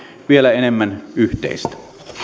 vielä enemmän yhteistä